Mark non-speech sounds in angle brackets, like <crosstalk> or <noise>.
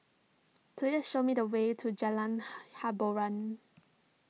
please show me the way to Jalan <unintelligible> Hiboran